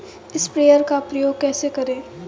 Sprayer का उपयोग कैसे करें?